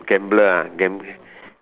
gambler ah gam~